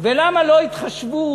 ולמה לא התחשבו